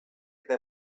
eta